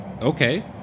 Okay